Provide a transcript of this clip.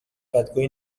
بدگویی